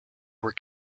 were